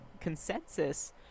consensus